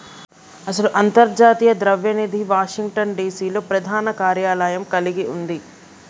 అసలు అంతర్జాతీయ ద్రవ్య నిధి వాషింగ్టన్ డిసి లో ప్రధాన కార్యాలయం కలిగి ఉంది